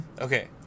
okay